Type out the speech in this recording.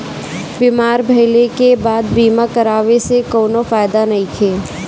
बीमार भइले के बाद बीमा करावे से कउनो फायदा नइखे